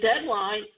deadline